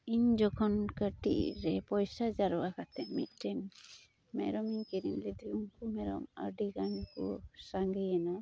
ᱤᱧ ᱡᱚᱠᱷᱚᱱ ᱠᱟᱹᱴᱤᱡᱨᱮ ᱯᱚᱭᱥᱟ ᱡᱟᱨᱣᱟ ᱠᱟᱛᱮᱫ ᱢᱤᱫᱴᱮᱱ ᱢᱮᱨᱚᱢᱤᱧ ᱠᱤᱨᱤᱧ ᱞᱮᱫᱮ ᱩᱱᱠᱩ ᱢᱮᱨᱚᱢ ᱟᱹᱰᱤᱜᱟᱱ ᱠᱚ ᱥᱟᱸᱜᱮᱭᱮᱱᱟ